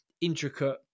intricate